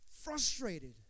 frustrated